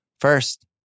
First